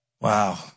Wow